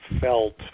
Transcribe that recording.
felt